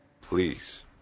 Please